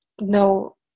no